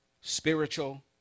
Spiritual